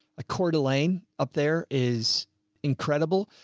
a quarter lane up there is incredible,